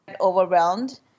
overwhelmed